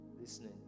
Listening